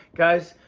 guys,